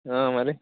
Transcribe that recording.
మరి